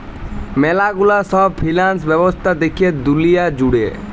ম্যালা গুলা সব ফিন্যান্স ব্যবস্থা দ্যাখে দুলিয়া জুড়ে